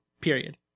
Period